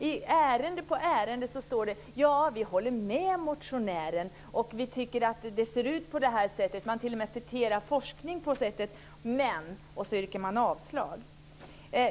I ärende på ärende står det: Vi håller med motionären. Vi tycker att det ser ut på det här sättet. Man t.o.m. citerar forskning som styrker detta. Men så yrkar man avslag.